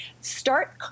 Start